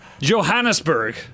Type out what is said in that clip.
Johannesburg